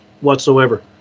whatsoever